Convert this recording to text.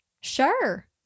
sure